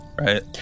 right